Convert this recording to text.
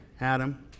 Adam